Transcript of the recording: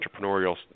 entrepreneurial